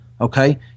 Okay